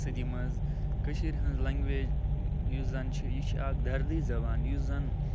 صدی منٛز کٔشیٖر ہِنٛز لنگویج یۄس زَن چھِ یہِ چھِ اکھ دردی زَبان یُس زَن